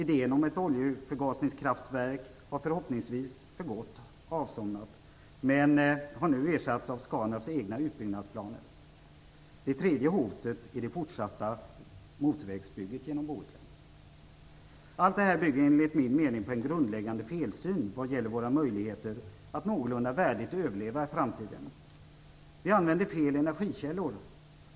Idén om ett oljeförgasningskraftverk har förhoppningsvis för gott avsomnat, men har nu ersatts av Scanraffs egna utbyggnadsplaner. Det tredje hotet är det fortsatta motorvägsbygget genom Bohuslän. Allt det här bygger, enligt min mening, på grundläggande felsyn när det gäller våra möjligheter att någorlunda värdigt överleva i framtiden. Vi använder fel energikällor.